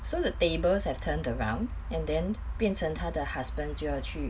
so the tables have turned around and then 变成他的 husband 就要去